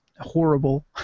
horrible